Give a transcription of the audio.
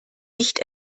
nicht